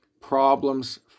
problems